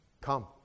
come